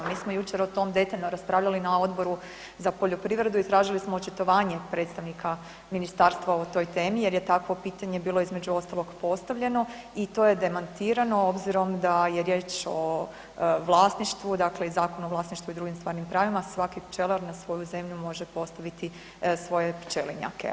Mi smo jučer o tom detaljno raspravljali na Odboru za poljoprivredu i tražili smo očitovanje predstavnika ministarstva o toj temi jer je takvo pitanje bilo između ostalog postavljeno i to je demantirano obzirom da je riječ o vlasništvu, dakle i Zakon o vlasništvu i drugim stvarnim pravima, svaki pčelar na svojoj zemlji može postaviti svoje pčelinjake.